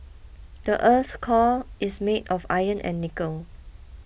the earth's core is made of iron and nickel